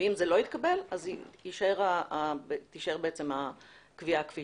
אם זה לא יתקבל, תישאר הקביעה כפי